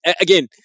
Again